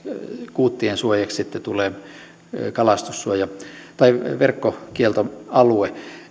kuuttien suojaksi sitten tulee verkkokieltoalue